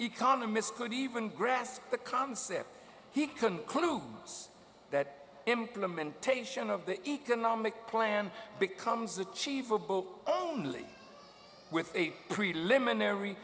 economists could even grasp the concept he concludes that implementation of the economic plan becomes achievable only with a preliminary